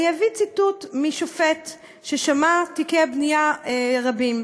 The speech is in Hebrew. אני אביא ציטוט משופט ששמע תיקי בנייה רבים,